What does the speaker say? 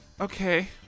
Okay